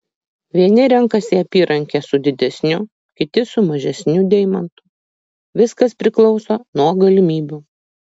vieni renkasi apyrankę su didesniu kiti su mažesniu deimantu viskas priklauso nuo galimybių